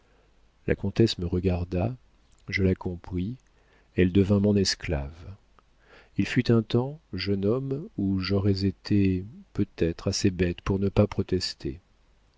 la comtesse me regarda je la compris elle devint mon esclave il fut un temps jeune homme où j'aurais été peut-être assez bête pour ne pas protester